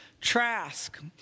Trask